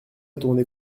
tourné